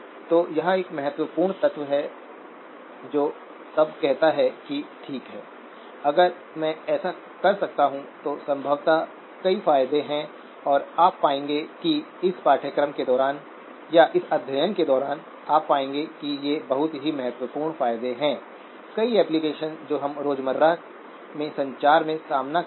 तो यह एक महत्वपूर्ण तत्व है जो तब कहता है कि ठीक है अगर मैं ऐसा कर सकता हूं तो संभवतः कई फायदे हैं और आप पाएंगे कि इस पाठ्यक्रम के दौरान या इस अध्ययन के दौरान आप पाएंगे कि ये बहुत ही महत्वपूर्ण फायदे हैं कई एप्लिकेशन जो हम रोजमर्रा में संचार में सामना करेंगे